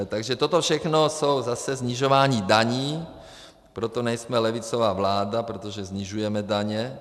Takže toto všechno jsou zase snižování daní, proto nejsme levicová vláda, protože snižujeme daně.